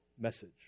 message